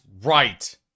right